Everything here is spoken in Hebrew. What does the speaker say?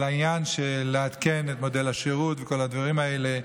על העניין של לעדכן את מודל השירות וכל הדברים האלה,